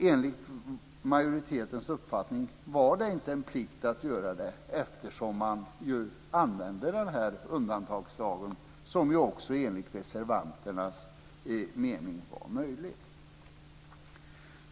Enligt majoritetens uppfattning var det inte en plikt eftersom undantagslagen användes - som enligt reservanternas mening var möjlig.